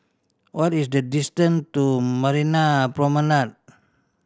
what is the distance to Marina Promenade